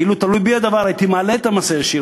אילו היה הדבר תלוי בי,